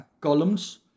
columns